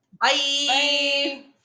Bye